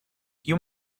you